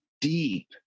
deep